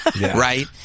right